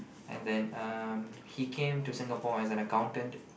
and then um he came to Singapore as an accountant